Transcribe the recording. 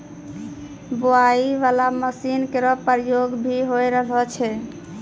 बोआई बाला मसीन केरो प्रयोग भी होय रहलो छै